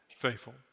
faithful